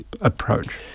approach